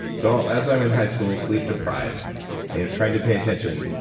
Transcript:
so, as i'm in high school, sleep-deprived, trying to pay attention,